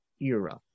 era